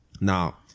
Now